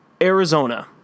Arizona